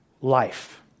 life